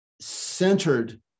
centered